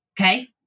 Okay